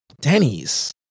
denny's